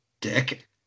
dick